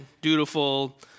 dutiful